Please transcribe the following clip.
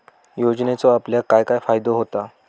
योजनेचो आपल्याक काय काय फायदो होता?